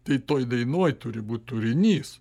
tai toj dainoj turi būt turinys